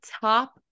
top